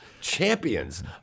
champions